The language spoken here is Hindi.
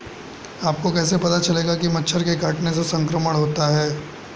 आपको कैसे पता चलेगा कि मच्छर के काटने से संक्रमण होता है?